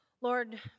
Lord